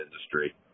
industry